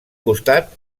costat